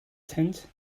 tent